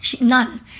None